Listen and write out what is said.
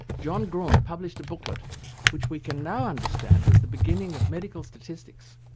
john graunt published a booklet which we can now understand was the beginning of medical statistics,